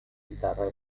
chitarra